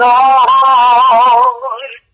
Lord